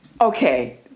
Okay